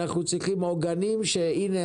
אנחנו צריכים עוגנים של הנה,